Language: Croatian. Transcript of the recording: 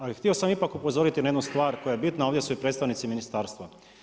Ali htio sam ipak upozoriti na jednu stvar koja je bitna a ovdje su i predstavnici ministarstva.